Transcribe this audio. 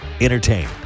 Entertain